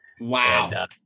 wow